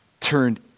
turned